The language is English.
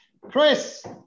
Chris